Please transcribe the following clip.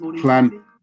Plan